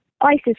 ISIS